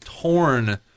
torn